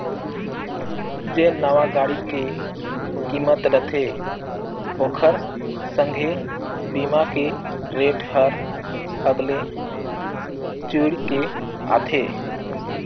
जेन नावां गाड़ी के किमत रथे ओखर संघे बीमा के रेट हर अगले जुइड़ के आथे